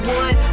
one